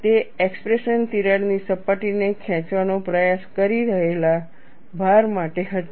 તે એક્સપ્રેશન તિરાડની સપાટીને ખેંચવાનો પ્રયાસ કરી રહેલા ભાર માટે હતી